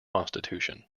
constitution